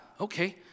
Okay